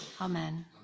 Amen